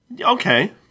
Okay